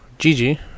Gigi